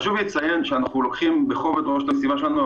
חשוב לציין שאנחנו לוקחים בכובד ראש את המשימה שלנו.